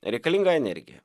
reikalinga energija